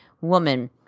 Woman